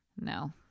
No